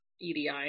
EDI